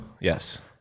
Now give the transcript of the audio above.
Yes